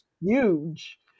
huge